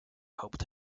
helped